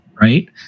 Right